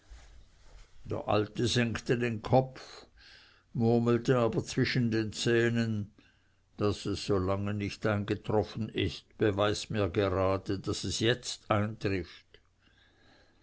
der alte senkte den kopf murmelte aber zwischen den zähnen daß es so lange nicht eingetroffen ist beweist mir gerade daß es jetzt eintrifft